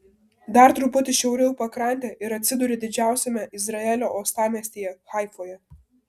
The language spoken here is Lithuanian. dar truputį šiauriau pakrante ir atsiduri didžiausiame izraelio uostamiestyje haifoje